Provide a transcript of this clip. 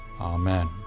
Amen